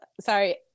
sorry